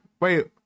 Wait